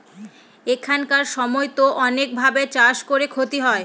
এখানকার সময়তো অনেক ভাবে চাষ করে ক্ষতি হয়